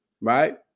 right